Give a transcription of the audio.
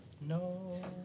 No